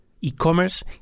E-commerce